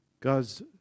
God's